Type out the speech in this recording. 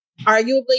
arguably